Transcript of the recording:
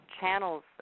channels